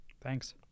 Thanks